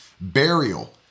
Burial